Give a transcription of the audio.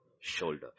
Shoulder